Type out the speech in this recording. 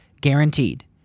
guaranteed